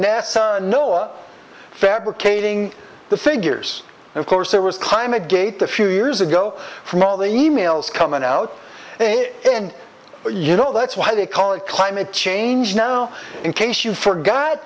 nasa noah fabricating the figures and of course there was climate gate a few years ago from all the e mails coming out and you know that's why they call it climate change now in case you've forgot